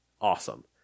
awesome